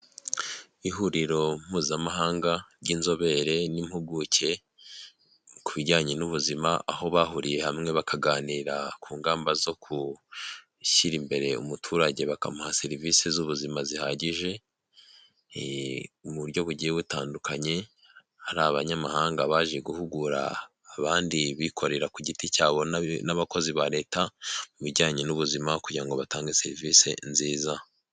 Ihuriro mpuzamahanga ry'inzobere n'impuguke ku bijyanye n'ubuzima, aho bahuriye hamwe bakaganira ku ngamba zo gushyira imbere umuturage bakamuha serivisi z'ubuzima zihagije, mu buryo bugiye butandukanye. Hari abanyamahanga baje guhugura abandi bikorera ku giti cyabo n'abakozi ba leta, mu bijyanye n'ubuzima kugira ngo batange serivisi nziza.